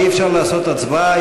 אי-אפשר לעשות הצבעה,